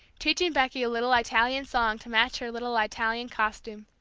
teaching becky a little italian song to match her little italian costume.